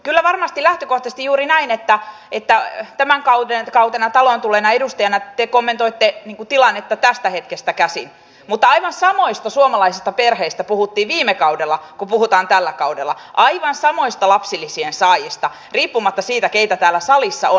kyllä varmasti on lähtökohtaisesti juuri näin että tällä kaudella taloon tulleena edustajana te kommentoitte tilannetta tästä hetkestä käsin mutta viime kaudella puhuttiin aivan samoista suomalaisista perheistä kuin puhutaan tällä kaudella aivan samoista lapsilisien saajista riippumatta siitä keitä täällä salissa on